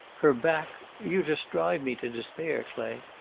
her back you just drive me to despair, clay.